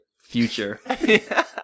future